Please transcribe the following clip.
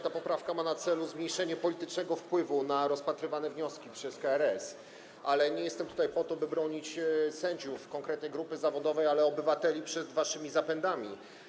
Ta poprawka ma na celu zmniejszenie politycznego wpływu na rozpatrywane wnioski przez KRS, ale jestem tutaj po to, by bronić nie sędziów, konkretnej grupy zawodowej, ale obywateli przed waszymi zapędami.